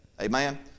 Amen